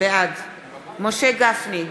בעד משה גפני,